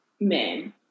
men